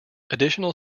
additional